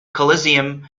coliseum